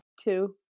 Two